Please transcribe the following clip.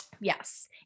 Yes